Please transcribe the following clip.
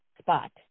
spot